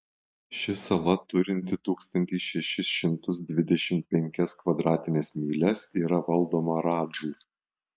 ši sala turinti tūkstantį šešis šimtus dvidešimt penkias kvadratines mylias yra valdoma radžų